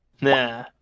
Nah